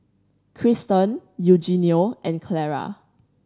Krysten Eugenio and Clara